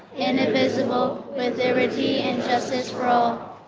indivisible with liberty and justice for all.